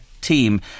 team